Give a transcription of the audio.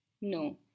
no